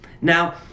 Now